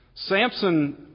Samson